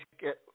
get